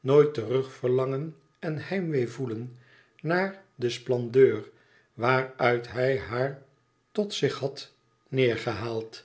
nooit terug verlangen en heimwee voelen naar den splendeur waaruit hij haar tot zich had neêrgehaald